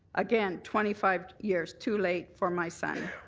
again, twenty five years too late for my son.